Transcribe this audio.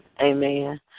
Amen